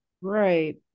Right